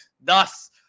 thus